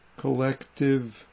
collective